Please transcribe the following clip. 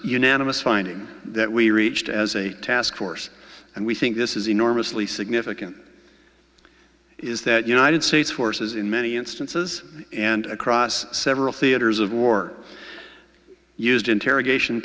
unanimous finding that we reached as a task force and we think this is enormously significant is that united states forces in many instances and across several theaters of war used interrogation